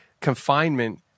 confinement